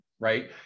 right